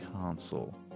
console